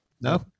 No